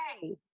hey